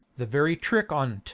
the very trick on t.